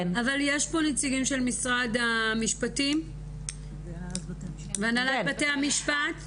אבל יש פה נציגים של משרד המשפטים והנהלת לבתי המשפט?